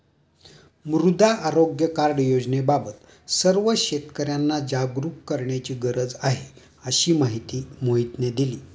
मृदा आरोग्य कार्ड योजनेबाबत सर्व शेतकर्यांना जागरूक करण्याची गरज आहे, अशी माहिती मोहितने दिली